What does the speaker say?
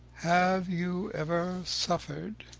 have you ever suffered